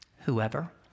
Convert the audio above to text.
whoever